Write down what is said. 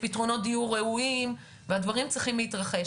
פתרונות דיור ראויים והדברים צריכים להתרחש,